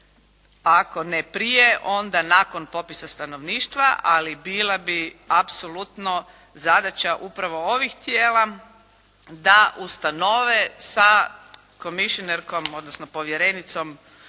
Ako ne prije onda nakon popisa stanovništva, ali bila bi apsolutno zadaća upravo ovih tijela da ustanove sa komisionerkom odnosno povjerenicom